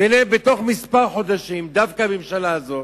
והנה, בתוך כמה חודשים, דווקא הממשלה הזאת